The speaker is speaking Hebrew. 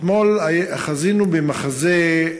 אתמול חזינו במחזה,